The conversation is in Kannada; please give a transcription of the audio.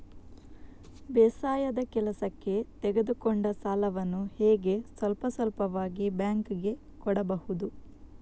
ಬೇಸಾಯದ ಕೆಲಸಕ್ಕೆ ತೆಗೆದುಕೊಂಡ ಸಾಲವನ್ನು ಹೇಗೆ ಸ್ವಲ್ಪ ಸ್ವಲ್ಪವಾಗಿ ಬ್ಯಾಂಕ್ ಗೆ ಕೊಡಬಹುದು?